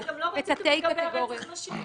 --- אתם לא רציתם לגבי רצח נשים.